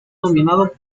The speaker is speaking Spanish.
dominado